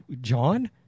John